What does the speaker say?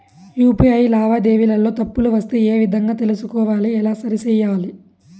UPI లావాదేవీలలో తప్పులు వస్తే ఏ విధంగా తెలుసుకోవాలి? ఎలా సరిసేయాలి?